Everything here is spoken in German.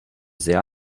sehr